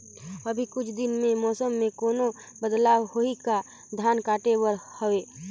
अभी कुछ दिन मे मौसम मे कोनो बदलाव होही का? धान काटे बर हवय?